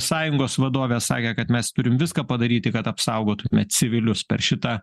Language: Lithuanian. sąjungos vadovė sakė kad mes turim viską padaryti kad apsaugotume civilius per šitą